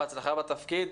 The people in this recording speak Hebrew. בהצלחה בתפקיד.